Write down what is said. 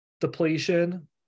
depletion